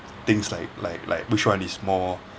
things like like like which one is more